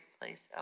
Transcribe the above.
place